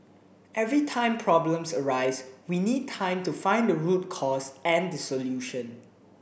every time problems arise we need time to find the root cause and the solution